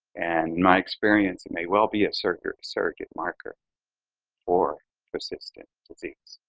and my experience and may well be a surrogate surrogate marker for persistent disease.